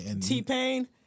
T-Pain